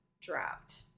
dropped